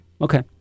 Okay